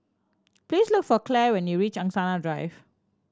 please look for Claire when you reach Angsana Drive